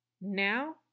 Now